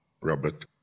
Robert